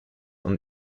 und